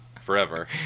forever